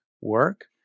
work